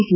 T